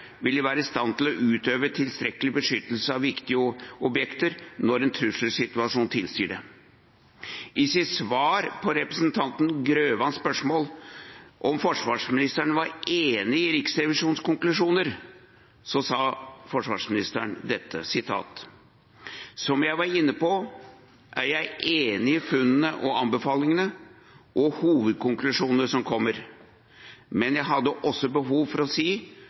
vil være i stand til å utøve tilstrekkelig beskyttelse av viktige objekter når en trusselsituasjon tilsier det. I sitt svar på representanten Grøvans spørsmål om forsvarsministeren var enig i Riksrevisjonens konklusjon, sa forsvarsministeren: «Som jeg var inne på, er jeg enig i funnene og anbefalingene og hovedkonklusjonene som kommer, men jeg hadde også behov for å si